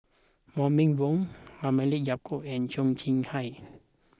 Wong Meng Voon Halimah Yacob and Cheo Chai Hiang